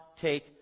take